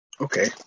okay